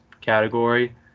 category